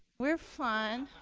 we're fun.